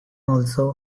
also